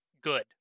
good